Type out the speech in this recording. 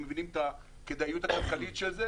הם מבינים את הכדאיות הכלכלית של זה